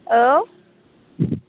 औ